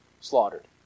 slaughtered